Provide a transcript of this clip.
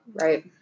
Right